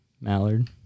mallard